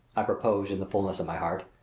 i proposed in the fullness of my heart.